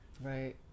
Right